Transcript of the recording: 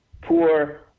poor